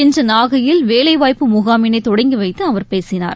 இன்று நாகையில் வேலைவாய்ப்பு முகாமினை தொடங்கி வைத்து அவர் பேசினார்